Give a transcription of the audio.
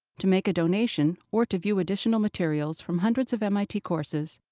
to make a donation or to view additional materials from hundreds of mit courses,